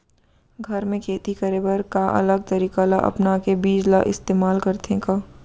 घर मे खेती करे बर का अलग तरीका ला अपना के बीज ला इस्तेमाल करथें का?